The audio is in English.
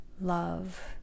love